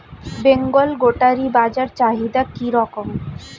বেঙ্গল গোটারি বাজার চাহিদা কি রকম?